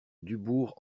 dubourg